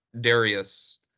Darius